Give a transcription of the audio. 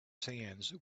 sands